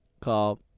called